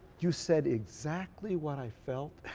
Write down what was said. you said exactly what i felt,